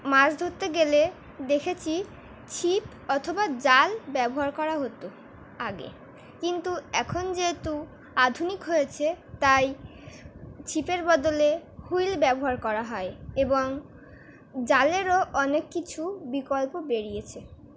মাছ ধরতে গেলে দেখেছি ছিপ অথবা জাল ব্যবহার করা হতো আগে কিন্তু এখন যেহেতু আধুনিক হয়েছে তাই ছিপের বদলে হুইল ব্যবহার করা হয় এবং জালেরও অনেক কিছু বিকল্প বেরিয়েছে